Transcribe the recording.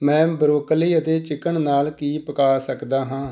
ਮੈਂ ਬਰੋਕਲੀ ਅਤੇ ਚਿਕਨ ਨਾਲ ਕੀ ਪਕਾ ਸਕਦਾ ਹਾਂ